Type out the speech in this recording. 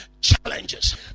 challenges